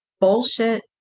bullshit